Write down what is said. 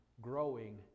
growing